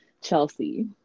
chelsea